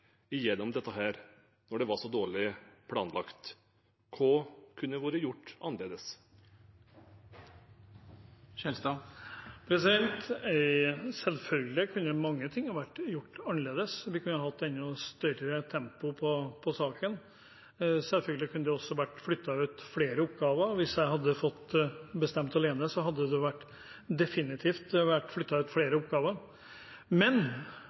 dette igjennom når det var så dårlig planlagt? Hva kunne vært gjort annerledes? Selvfølgelig kunne mange ting vært gjort annerledes. Vi kunne hatt et større tempo i saken. Selvfølgelig kunne det også vært flyttet ut flere oppgaver. Hvis jeg hadde fått bestemme alene, hadde det definitivt vært flyttet ut